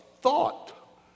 thought